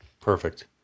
Perfect